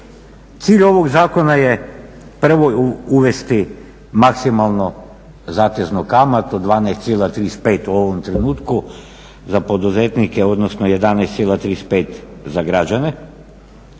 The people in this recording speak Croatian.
Cilj ovog zakona je prvo uvesti maksimalno zateznu kamatu 12,35 u ovom trenutku za poduzetnike, odnosno 11,35 za građane